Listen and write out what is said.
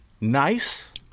nice